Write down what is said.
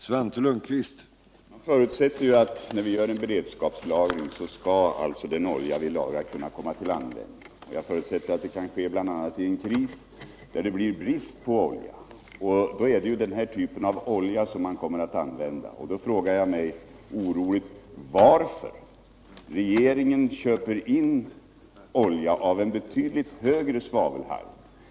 Herr talman! Jag förutsätter att den olja vi lagrar för beredskapsändamål skall kunna komma till användning, och jag förutsätter att det kan ske bl.a. i en kris, när det blir brist på olja. Då är det alltså den här typen av olja som man kommer att använda. Jag frågar mig oroligt varför regeringen köper in olja med en betydligt högre svavelhalt än vi får använda.